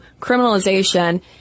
criminalization